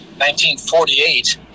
1948